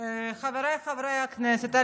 חבריי חברי הכנסת,